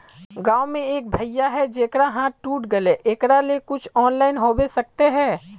गाँव में एक भैया है जेकरा हाथ टूट गले एकरा ले कुछ ऑनलाइन होबे सकते है?